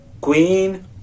Queen